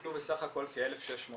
טופלו בסך הכל כ-1600